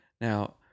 Now